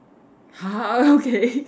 !huh! err okay